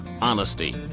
honesty